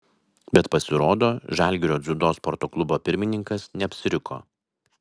bet pasirodo žalgirio dziudo sporto klubo pirmininkas neapsiriko